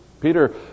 Peter